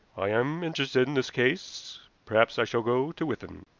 i am interested in this case. perhaps i shall go to withan.